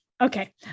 Okay